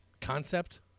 concept